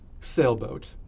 sailboat